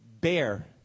bear